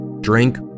drink